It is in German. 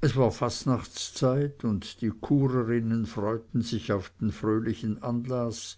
es war fastnachtszeit und die churerinnen freuten sich auf den fröhlichen anlaß